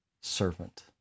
servant